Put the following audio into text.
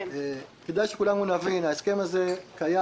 כדאי שכולנו נבין: ההסכם הזה קיים,